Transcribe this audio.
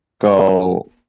go